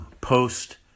post